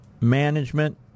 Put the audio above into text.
Management